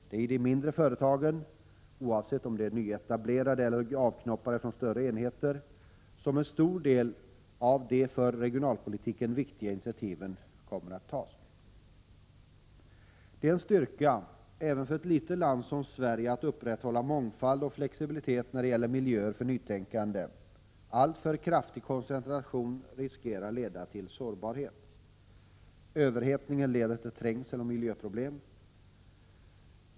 Det är i mindre företag — oavsett om de är nyetablerade eller ”avknoppade” från större enheter — som en stor del av de för regionalpolitiken viktiga initiativen kommer att tas. Det är en styrka, även för ett litet land som Sverige, att upprätthålla mångfald och flexibilitet vad gäller miljöer för nytänkande. Alltför kraftig koncentration riskerar leda till sårbarhet. Överhettning leder till trängsel och miljöproblem.